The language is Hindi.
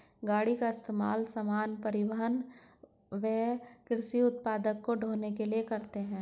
गाड़ी का इस्तेमाल सामान, परिवहन व कृषि उत्पाद को ढ़ोने के लिए करते है